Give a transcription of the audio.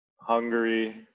Hungary